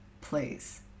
please